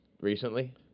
recently